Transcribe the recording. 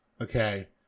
Okay